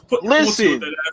Listen